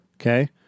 Okay